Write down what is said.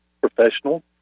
professional